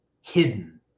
hidden